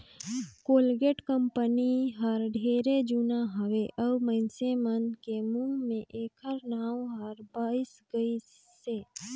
Colgate company हर ढेरे जुना हवे अऊ मइनसे मन के मुंह मे ऐखर नाव हर बइस गइसे